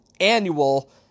annual